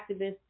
activists